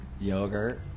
Yogurt